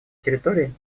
территории